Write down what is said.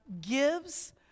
gives